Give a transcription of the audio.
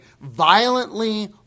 violently